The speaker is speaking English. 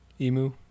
Emu